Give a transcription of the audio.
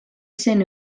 zen